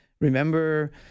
Remember